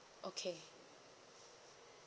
okay